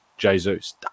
jesus